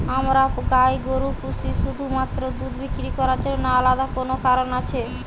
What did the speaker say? আমরা গাই গরু পুষি শুধুমাত্র দুধ বিক্রি করার জন্য না আলাদা কোনো কারণ আছে?